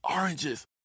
oranges